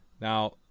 Now